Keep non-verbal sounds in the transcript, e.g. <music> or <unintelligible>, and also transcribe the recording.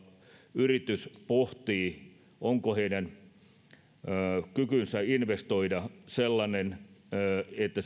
yritys pohtii onko heillä kykyä investoida niin että <unintelligible>